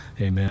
Amen